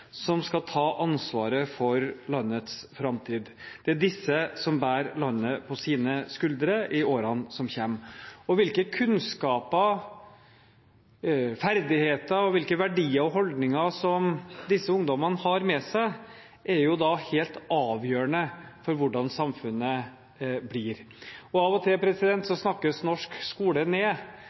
som skal ta ansvaret for landets framtid. Det er disse som bærer landet på sine skuldre i årene som kommer, og hvilke kunnskaper, ferdigheter, verdier og holdninger som disse ungdommene har med seg, er da helt avgjørende for hvordan samfunnet blir. Av og til snakkes norsk skole ned,